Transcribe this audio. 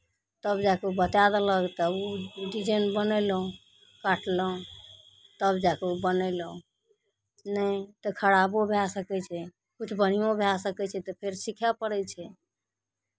तब जाए कऽ ओ बताए देलक तऽ ओ डिजाइन बनेलहुँ काटलहुँ तब जा कऽ ओ बनेलहुँ नहि तऽ खराबो भए सकै छै किछु बढ़िओँ भए सकै छै तऽ फेर सीखय पड़ै छै